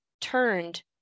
turned